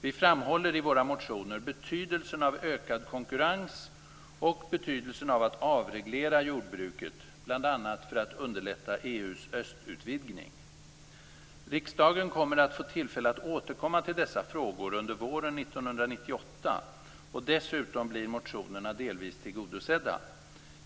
Vi framhåller i våra motioner betydelsen av ökad konkurrens och betydelsen av att avreglera jordbruket, bl.a. för att underlätta EU:s östutvidgning. Riksdagen kommer att få tillfälle att återkomma till dessa frågor under våren 1998 och dessutom blir motionerna delvis tillgodosedda.